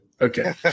okay